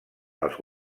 els